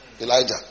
Elijah